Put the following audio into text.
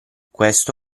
questo